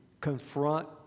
confront